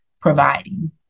providing